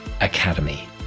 academy